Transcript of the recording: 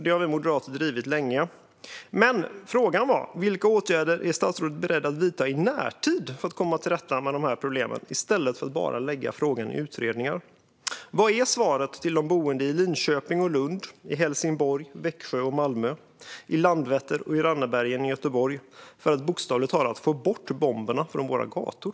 Det har vi moderater drivit länge. Men frågan är vilka åtgärder statsrådet är beredd att vidta i närtid för att komma till rätta med problemen i stället för att bara lägga frågan i utredningar. Vad är svaret till de boende i Linköping, Lund, Helsingborg, Växjö, Malmö, Landvetter och Rannebergen i Göteborg för att bokstavligt talat få bort bomberna från våra gator?